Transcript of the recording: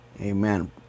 Amen